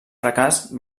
fracàs